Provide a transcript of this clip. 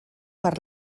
per